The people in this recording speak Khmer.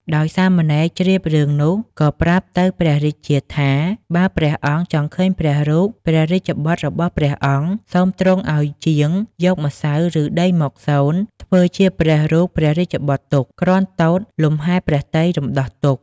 ដោយសាមណេរជ្រាបរឿងនោះ ក៏ប្រាប់ទៅព្រះរាជាថា បើព្រះអង្គចង់ឃើញព្រះរូបព្រះរាជបុត្ររបស់ព្រះអង្គ សូមទ្រង់ឲ្យជាងយកម្សៅ ឬដីមកសូន ធ្វើជាព្រះរូបព្រះរាជបុត្រទុក គ្រាន់ទតលំហែព្រះទ័យរំដោះទុក្ខ។